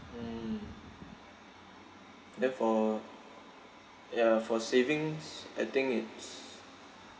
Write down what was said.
mm then for ya for savings I think it's